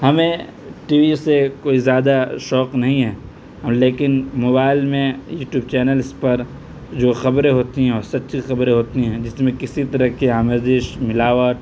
ہمیں T V سے کوئی زیادہ شوق نہیں ہے لیکن موبائل میں یو ٹیوب چینلس پر جو خبریں ہوتی ہیں اور سچی خبریں ہوتی ہیں جس میں کسی طرح کی آمیزش ملاوٹ